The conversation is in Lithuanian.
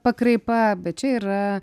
pakraipa bet čia yra